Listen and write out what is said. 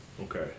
Okay